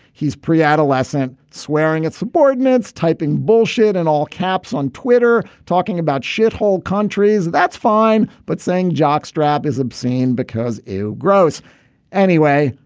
he's pre-adolescent swearing it's subordinates typing bullshit and all caps on twitter talking about shithole countries. that's fine but saying jockstrap is obscene because it's gross anyway.